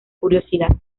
curiosidad